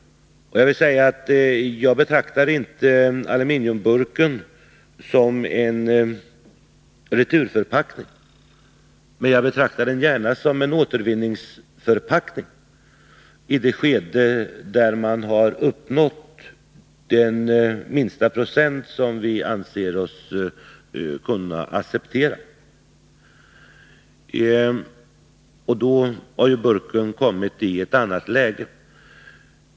Jag betraktar inte aluminiumburken som en returförpackning, men jag betraktar den gärna som en återvinningsförpackning i det skede där man uppnått det minsta procenttalet som vi anser oss kunna acceptera. Då har frågan om burken kommit i ett annat läge.